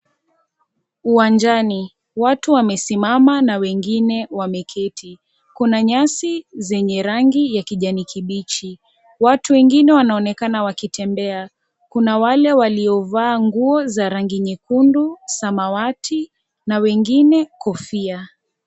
Uwanjani, watu wamesimama na wengine wameketi. Kuna nyasi zenye rangi ya kijani kibichi. Watu wengine wanaonekana wakitembea. Kuna wale waliovaa nguo za rangi nyekundu, samawati na wengine kofia.